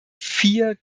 vier